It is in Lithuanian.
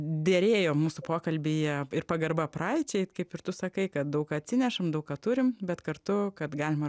derėjo mūsų pokalbyje ir pagarba praeičiai kaip ir tu sakai kad daug atsinešam daug ką turim bet kartu kad galim ir